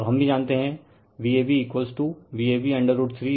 और हम भी जानते हैं VabVab√3 Vp30o